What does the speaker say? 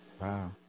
Wow